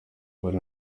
buri